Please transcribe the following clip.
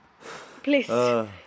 please